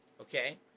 Okay